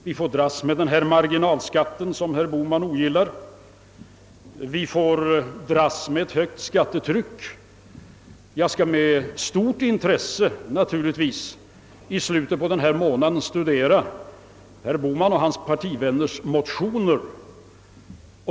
Vi får dras med denna marginalskatt som herr Bohman ogillar och vi dras med ett högt skattetryck. Jag skall i slutet av denna månad med stort intresse studera herr Bohmans och hans partivänners motioner.